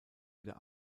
wieder